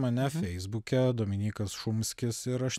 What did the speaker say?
mane feisbuke dominykas šumskis ir aš